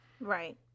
Right